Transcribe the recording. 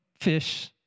fish